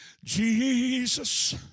Jesus